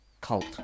cult